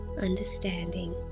understanding